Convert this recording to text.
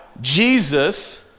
Jesus